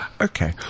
Okay